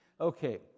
okay